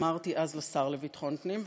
אמרתי אז לשר לביטחון פנים,